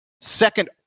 Second